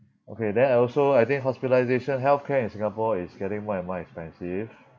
okay then I also I think hospitalisation healthcare in Singapore is getting more and more expensive